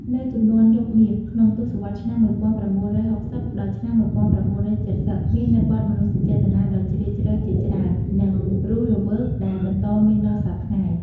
នៅជំនាន់យុគមាស ក្នុងទសវត្សរ៍ ឆ្នាំ១៩៦០ ដល់ឆ្នាំ ១៩៧០ មាននៅបទមនោសញ្ចេតនាដ៏ជ្រាលជ្រៅជាច្រើន និងរសរវើកដែលបន្តមានដល់សព្វថ្ងៃ។